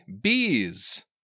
bees